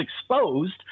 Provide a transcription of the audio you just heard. exposed